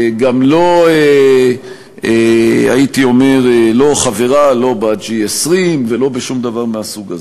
גם לא חברה לא ב-G20 ולא בשום דבר מהסוג הזה,